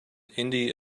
indie